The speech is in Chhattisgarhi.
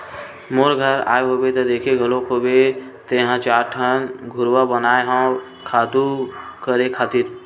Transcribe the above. मोर घर आए होबे त देखे घलोक होबे तेंहा चार ठन घुरूवा बनाए हव खातू करे खातिर